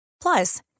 plus